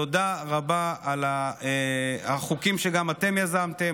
תודה רבה על החוקים שגם אתם יזמתם,